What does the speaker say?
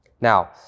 Now